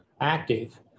active